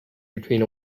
between